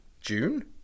June